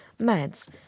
meds